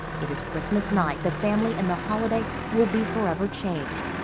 it is christmas night the family and the holiday will be forever changed.